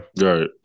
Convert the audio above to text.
right